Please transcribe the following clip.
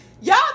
Y'all